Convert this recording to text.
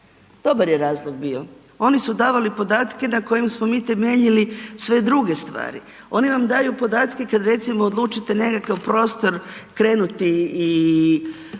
dobar je razlog bio, oni su davale podatke na kojim smo mi temeljili sve druge stvari, oni vam daju podatke kad recimo odlučite nekakav prostor krenuti i